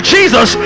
Jesus